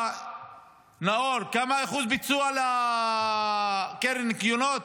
נאור, כמה אחוז ביצוע לקרן הניקיונות?